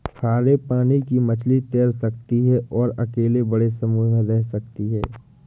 खारे पानी की मछली तैर सकती है और अकेले बड़े समूह में रह सकती है